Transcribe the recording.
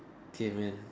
K man